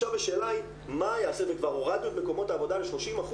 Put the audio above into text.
עכשיו השאלה היא מה יעשה כבר הורדנו את מקומות העבודה ל-30%,